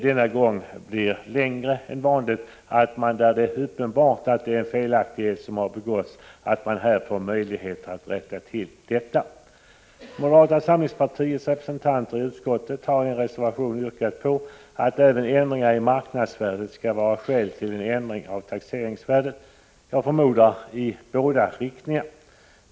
Jag tycker att det är ett rimligt krav att man där det är uppenbart att en felaktighet har begåtts får möjlighet att rätta till saken, speciellt nu när taxeringsperioden denna gång blir längre än vanligt. Moderata samlingspartiets representanter i utskottet har i en reservation yrkat på att även förändringar av marknadsvärdet skall vara skäl till en ändring av taxeringsvärdet — i båda riktningarna, förmodar jag.